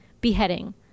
beheading